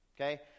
okay